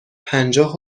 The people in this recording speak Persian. پنجاه